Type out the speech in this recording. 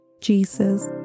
Jesus